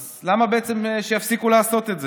אז למה בעצם שיפסיקו לעשות את זה?